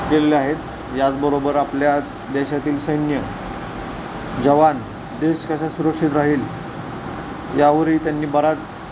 केलेल्या आहेत याचबरोबर आपल्या देशातील सैन्य जवान देश कसा सुरक्षित राहील यावरही त्यांनी बराच